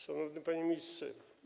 Szanowny Panie Ministrze!